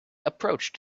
approached